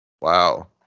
Wow